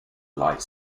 light